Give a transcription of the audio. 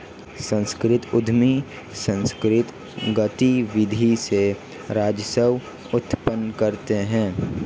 सांस्कृतिक उद्यमी सांकृतिक गतिविधि से राजस्व उत्पन्न करते हैं